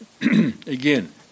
Again